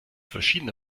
verschiedene